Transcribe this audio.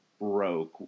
broke